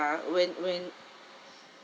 when when